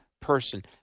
person